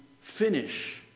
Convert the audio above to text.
finish